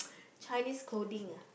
Chinese clothing lah